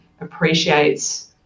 appreciates